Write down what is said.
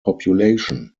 population